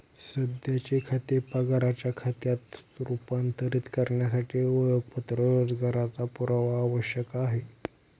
सध्याचे खाते पगाराच्या खात्यात रूपांतरित करण्यासाठी ओळखपत्र रोजगाराचा पुरावा आवश्यक आहे